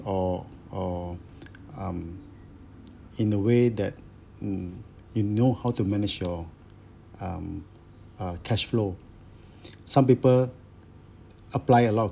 or or um in a way that mm you know how to manage your um uh cashflow some people apply a lot